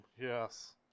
yes